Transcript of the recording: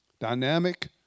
Dynamic